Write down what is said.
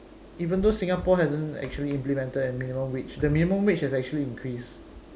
even though Singapore hasn't actually implemented a minimum wage the minimum wage has actually increased